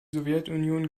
sowjetunion